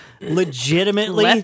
legitimately